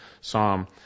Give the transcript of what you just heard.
psalm